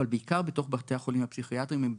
אבל בעיקר בתוך בתי החולים הפסיכיאטריים הם בעיה.